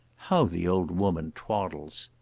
how the old woman twaddles!